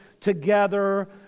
together